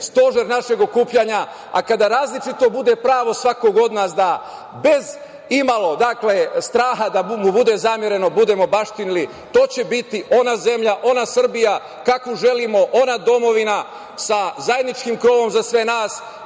stožer našeg okupljanja, a kada različito bude pravo svakog od nas da bez imalo straha da mu bude zamereno, budemo baštinili, to će biti ona zemlja, ona Srbija kakvu želimo, ona domovina sa zajedničkim krovom za sve nas.